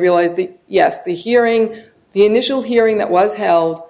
realize the yes the hearing the initial hearing that was held